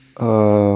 uh